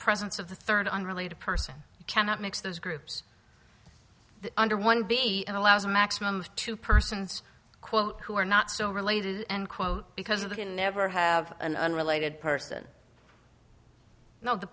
presence of the third unrelated person cannot mix those groups under one b and allows a maximum of two persons quote who are not so related and quote because of the can never have an unrelated person not the